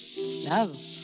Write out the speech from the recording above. love